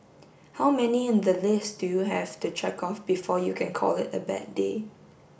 how many in the list do you have to check off before you can call it a bad day